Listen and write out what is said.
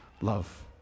love